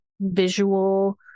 visual